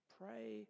pray